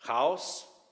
Chaos?